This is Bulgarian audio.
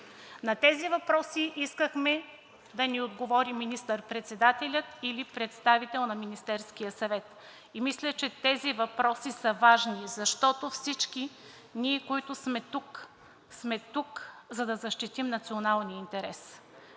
На тези въпроси искахме да ни отговори министър-председателят или представител на Министерския съвет. Мисля, че тези въпроси са важни, защото всички ние, които сме тук, сме тук, за да защитим националния интерес.